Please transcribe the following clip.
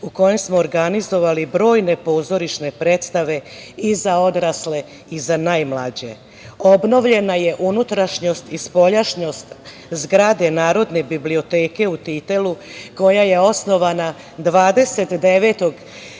u kojem smo organizovali brojne pozorišne predstave i za odrasle i za najmlađe. Obnovljena je unutrašnjost i spoljašnjost zgrade Narodne biblioteke u Titelu koja je osnovana 29. jula